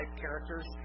characters